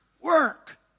work